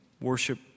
worship